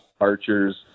archers